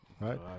right